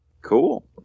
Cool